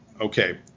okay